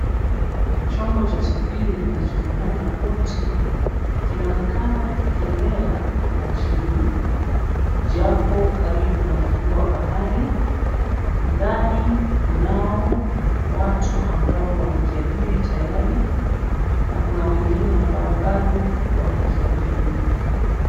Chombo cha usafiri kinachofanana na boti, kinaonekana kikielea majini japo karibu na ufuo wa bahari ndani kunao watu ambao wamekiabiri tayari na kuna wengine ambao bado wanakiabiri